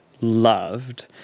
loved